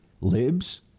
libs